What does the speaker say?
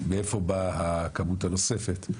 מאיפה באה הכמות הנוספת?